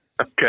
Okay